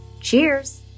Cheers